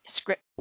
script